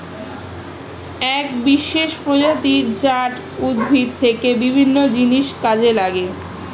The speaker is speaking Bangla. এক বিশেষ প্রজাতি জাট উদ্ভিদ থেকে বিভিন্ন জিনিস কাজে লাগে